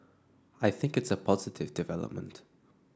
I think it's a positive development